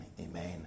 amen